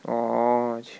orh